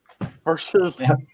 versus